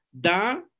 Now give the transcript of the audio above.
da